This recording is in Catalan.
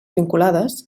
vinculades